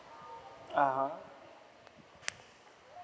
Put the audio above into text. ah ha